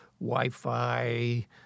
Wi-Fi